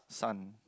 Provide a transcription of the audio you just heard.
sun